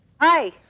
Hi